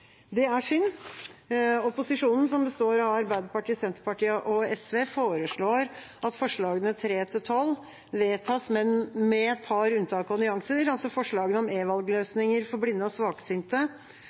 Det er synd. Opposisjonen, som består av Arbeiderpartiet, Senterpartiet og SV, foreslår at forslagene nr. 3–12 vedtas, men med et par unntak og nyanser. Forslagene om